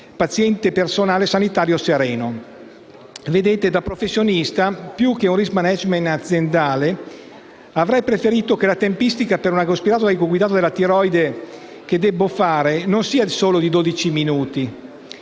paziente e personale sanitario: infatti, da professionista più che per il *risk manegment* aziendale avrei preferito che la tempistica per un agoaspirato ecoguidato della tiroide che debbo fare non fosse di soli 12 minuti.